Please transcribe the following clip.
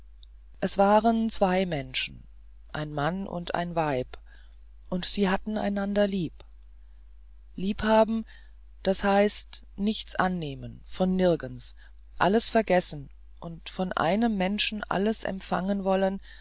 es waren zwei menschen ein mann und ein weib und sie hatten einander lieb liebhaben das heißt nichts annehmen von nirgends alles vergessen und von einem menschen alles empfangen wollen